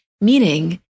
meaning